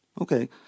Okay